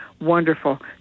wonderful